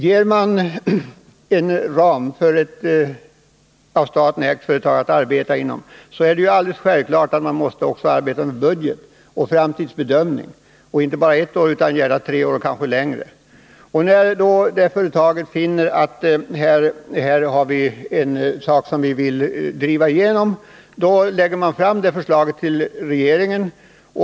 Ger man en ram för ett av staten ägt företag att arbeta inom, så är det ju alldeles självklart att företaget också måste arbeta med en budget och en framtidsbedömning och då inte bara för ett år utan gärna tre år och kanske längre. När företaget finner att man här har en sak som man vill driva igenom, lägger man fram ett förslag för regeringen.